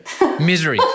Misery